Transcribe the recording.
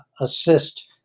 assist